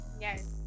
Yes